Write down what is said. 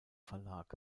verlag